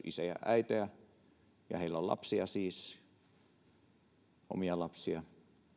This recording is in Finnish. isiä tai äitejä heillä on siis lapsia omia lapsia